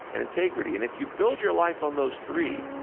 and integrity. and if you build your life on those three,